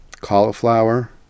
cauliflower